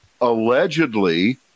allegedly